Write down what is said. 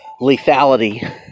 lethality